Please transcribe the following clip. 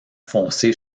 foncé